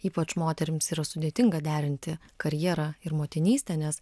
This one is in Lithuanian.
ypač moterims yra sudėtinga derinti karjerą ir motinystę nes